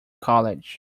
college